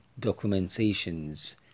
documentations